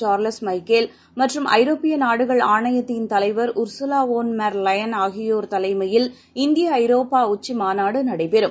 Charles Michael மற்றும் ஐரோப்பியநாடுகள் ஆணையத்தின் தலைவர் உர்சுவாவோன் மெர் லெயன் ஆகியோர் தலைமையில் இந்தியஐரோப்பாஉச்சிமாநாடுநடைபெறும்